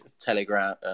Telegram